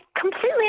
completely